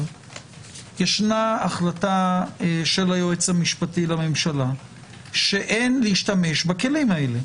ישנה החלטה של היועץ המשפטי לממשלה שאין להשתמש בכלים האלה.